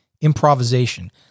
improvisation